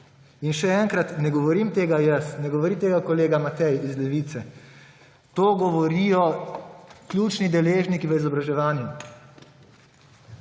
In še enkrat, ne govorim tega jaz, ne govori tega kolega Matej iz Levice, to govorijo ključni deležniki v izobraževanju.